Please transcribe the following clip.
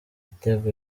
igitego